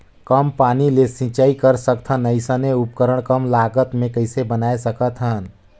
कम पानी ले सिंचाई कर सकथन अइसने उपकरण कम लागत मे कइसे बनाय सकत हन?